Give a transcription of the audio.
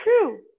true